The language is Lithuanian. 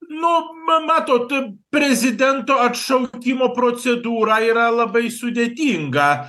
nu ma matot prezidento atšaukimo procedūra yra labai sudėtinga